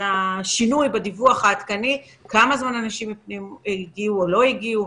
את הדיווח העדכני בנוגע לזמן שאנשים הגיעו או לא הגיעו.